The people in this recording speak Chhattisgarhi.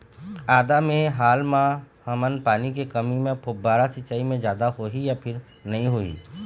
आदा मे हाल मा हमन पानी के कमी म फुब्बारा सिचाई मे फायदा होही या फिर नई होही?